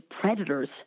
predators